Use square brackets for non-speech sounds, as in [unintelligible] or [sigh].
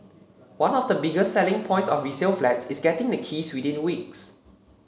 one of the biggest selling points of resale flats is getting the keys [unintelligible] weeks